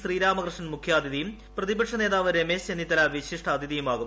ശ്രീരാമകൃഷ്ണൻ മുഖ്യാതിഥിയും പ്രതിപക്ഷ നേതാവ് രമേശ്ചെന്നിത്തല വിശിഷ്ടാതിഥിയുമാകും